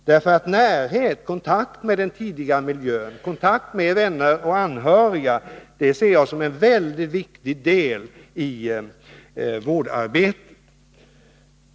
Kontakt med den tidigare miljön och med vänner och anhöriga ser jag som en mycket viktig del av vårdarbetet.